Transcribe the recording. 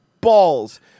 balls